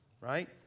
right